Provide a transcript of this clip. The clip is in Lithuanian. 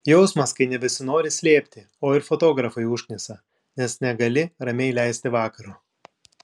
jausmas kai nebesinori slėpti o ir fotografai užknisa nes negali ramiai leisti vakaro